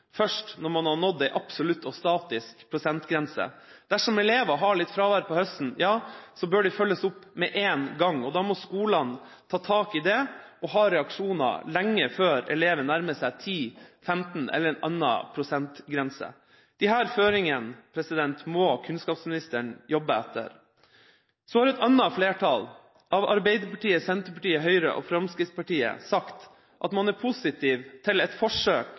først når man har nådd en absolutt og statisk prosentgrense. Dersom elevene har litt fravær på høsten, bør de følges opp med én gang, og skolene må ta tak i dette og komme med reaksjoner lenge før eleven nærmer seg 10 pst., 15 pst. eller en annen prosentgrense. Disse føringene må kunnskapsministeren jobbe etter. Så har et annet flertall, fra Arbeiderpartiet, Senterpartiet, Høyre og Fremskrittspartiet, sagt at man er positiv til et forsøk